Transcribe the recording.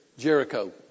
Jericho